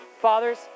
fathers